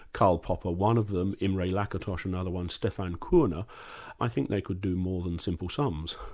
karl popper one of them, imre lakatos another one, stefan korner i think they could do more than simple sums.